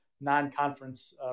non-conference